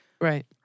Right